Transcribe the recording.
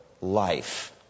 life